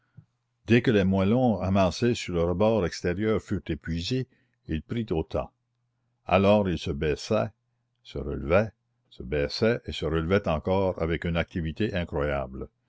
dès que les moellons amassés sur le rebord extérieur furent épuisés il prit au tas alors il se baissait se relevait se baissait et se relevait encore avec une activité incroyable